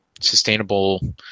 sustainable